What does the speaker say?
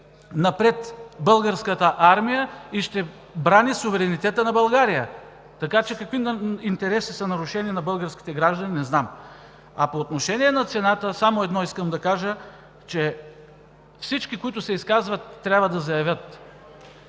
напред Българската армия и ще брани суверенитета на България, така че какви интереси са нарушени на българските граждани, не знам. По отношение на цената искам да кажа само едно: всички, които се изказват, трябва да заявят